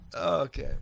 Okay